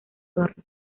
torres